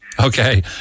Okay